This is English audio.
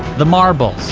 the marbles,